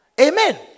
Amen